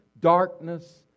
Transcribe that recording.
darkness